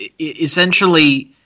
essentially